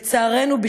לצערנו,